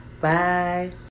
Bye